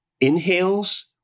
inhales